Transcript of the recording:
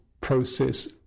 process